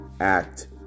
act